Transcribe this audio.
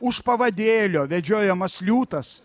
už pavadėlio vedžiojamas liūtas